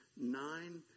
nine